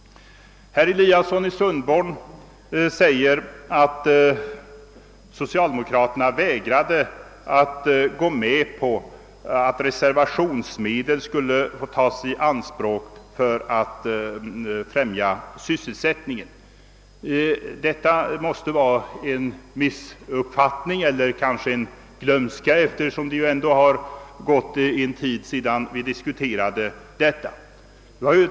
Herr Eliasson i Sundborn sade att socialdemokraterna vägrade att gå med på att reservationsmedel skulle få tas i anspråk för att främja sysselsättningen. Detta måste bero på en missuppfattning eller kanske på glömska — det har ju gått en tid sedan vi diskuterade detta.